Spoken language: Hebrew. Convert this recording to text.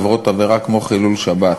הן עוברות עבירה כמו חילול שבת,